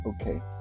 Okay